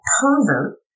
pervert